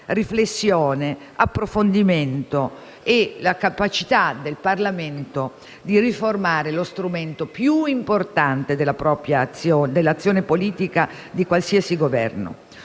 riflessione e approfondimento, nonché nella capacità del Parlamento di riformare lo strumento più importante dell'azione politica di qualsiasi Governo.